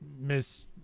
Miss